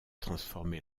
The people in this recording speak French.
transformé